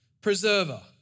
preserver